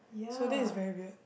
so this is very weird